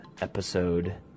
episode